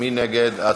מי נגד?